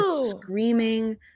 Screaming